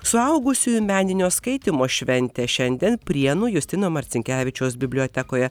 suaugusiųjų meninio skaitymo šventė šiandien prienų justino marcinkevičiaus bibliotekoje